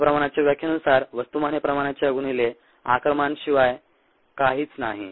आता प्रमाणाच्या व्याख्येनुसार वस्तुमान हे प्रमाणाच्या गुणिले आकारमाना शिवाय काहीच नाही